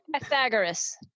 pythagoras